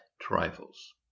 trifles